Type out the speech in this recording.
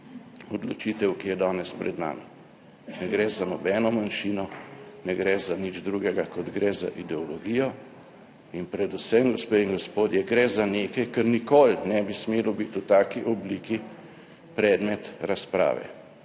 odločitev, ki je danes pred nami. Ne gre za nobeno manjšino, ne gre za nič drugega, kot gre za ideologijo. In predvsem, gospe in gospodje, gre za nekaj, kar nikoli ne bi smelo biti v taki obliki predmet razprave,